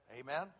Amen